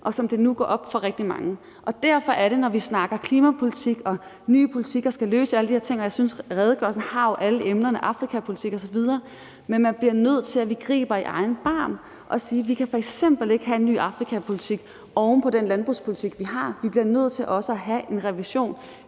i, og det går nu op for rigtig mange. Derfor er det, at vi, når vi snakker klimapolitik, og at nye politikker skal løse alle de her ting – og jeg synes jo, at redegørelsen har alle emnerne, altså Afrikapolitik osv. – bliver nødt til at gribe i egen barm og sige, at vi f.eks. ikke kan have en ny Afrikapolitik oven på den landbrugspolitik, vi har, men at vi også bliver nødt til at have en revision